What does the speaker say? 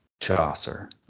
Chaucer